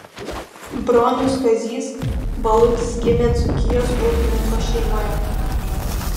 bronius kazys balutis gimė dzūkijos ūkininko šeimoje